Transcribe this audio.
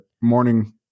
morning